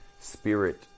spirit